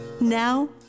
Now